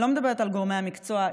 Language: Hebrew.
אני לא מדברת על גורמי המקצוע,